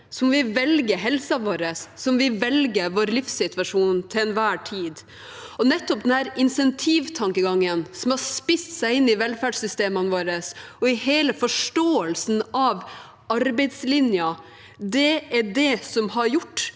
om vi velger helsen vår, som om vi velger livssituasjon til enhver tid. Nettopp denne insentivtankegangen som har spist seg inn i velferdssystemene våre og i hele forstå elsen av arbeidslinja, er det som har gjort